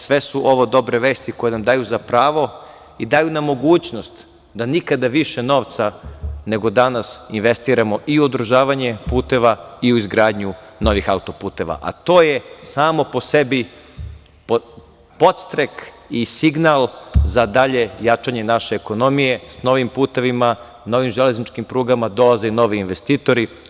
Sve su ovo dobre vesti koje nam daju za pravo i daju nam mogućnost da nikada više novca nego danas investiramo i u održavanje puteva i u izgradnju novih auto-puteva, a to je samo po sebi podstrek i signal za dalje jačanje naše ekonomije sa novim putevima, novim železničkim prugama, dolaze novi investitori.